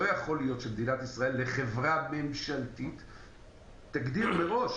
לא יכול להיות שמדינת ישראל תגדיר מראש